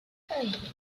hey